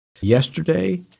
yesterday